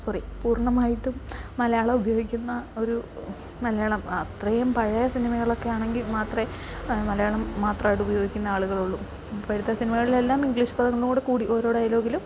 sorry പൂർണ്ണമായിട്ടും മലയാളം ഉപയോഗിക്കുന്ന ഒരു മലയാളം അത്രയും പഴയ സിനിമകൾ ഒക്കെ ആണെങ്കിൽ മാത്രമേ മലയാളം മാത്രമായിട്ട് ഉപയോഗിക്കുന്ന ആളുകൾ ഉള്ളു ഇപ്പോഴത്തെ സിനിമകളിലെല്ലാം ഇങ്ക്ലീഷ് പദങ്ങളോട് കൂടി ഓരോ ഡയ്ലോഗിലും